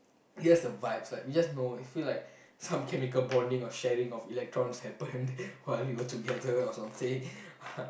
we have the vibes like we just know it feel like some chemical bonding or sharing of electrons happen while we are together or something